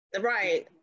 right